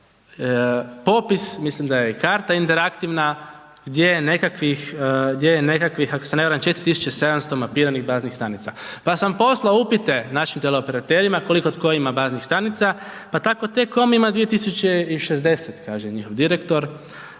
popis, mislim da je i karta interaktivna, gdje je nekakvih ako se ne varam, 4700 mapiranih baznih stanica pa sam poslao upite našim teleoperaterima koliko tko ima baznih stanica, pa tako T-com ima 2060 kaže njihov direktor,